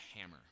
hammer